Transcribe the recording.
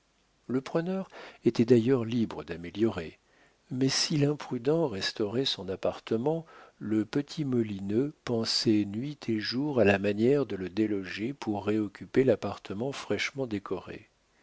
le preneur était d'ailleurs libre d'améliorer mais si l'imprudent restaurait son appartement le petit molineux pensait nuit et jour à la manière de le déloger pour réoccuper l'appartement fraîchement décoré